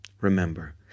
Remember